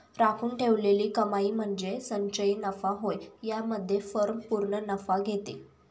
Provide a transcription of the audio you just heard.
राखून ठेवलेली कमाई म्हणजे संचयी नफा होय यामध्ये फर्म पूर्ण नफा घेते